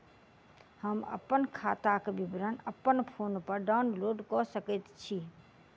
हम अप्पन खाताक विवरण अप्पन फोन पर डाउनलोड कऽ सकैत छी?